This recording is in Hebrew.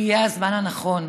יהיה הזמן הנכון.